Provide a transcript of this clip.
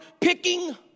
picking